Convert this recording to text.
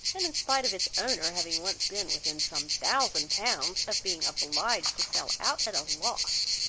and in spite of its owner having once been within some thousand pounds of being obliged to sell out at a loss,